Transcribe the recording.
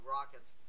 Rockets